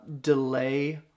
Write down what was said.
delay